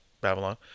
babylon